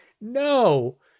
no